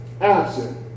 absent